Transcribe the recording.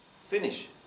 finish